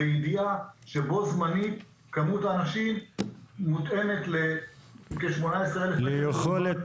בידיעה שבו-זמנית כמות האנשים מותאמת לכ-18,000 --- ליכולת